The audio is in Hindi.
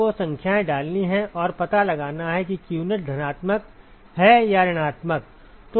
आपको संख्याएँ डालनी हैं और पता लगाना है कि qnet धनात्मक है या ऋणात्मक